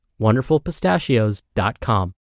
wonderfulpistachios.com